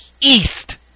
east